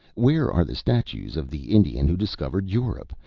where are the statues of the indian who discovered europe?